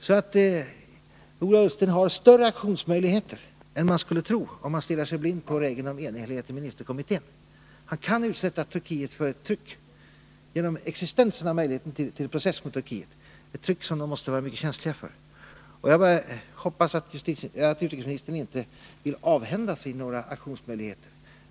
Ola Ullsten har således större aktionsmöjligheter än man skulle kunna tro om man stirrade sig blind på regeln om enhällighet i ministerkommittén. Han kan utsätta Turkiet för ett tryck genom existensen av möjligheten till process mot Turkiet, ett tryck som man där måste vara mycket känslig för. Jag hoppas nu bara att utrikesministern inte vill avhända sig några aktionsmöjligheter.